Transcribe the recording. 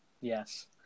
Yes